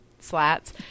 Slats